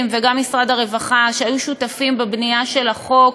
ושל משרד הרווחה שהיו שותפים בבנייה של החוק.